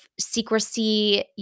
secrecy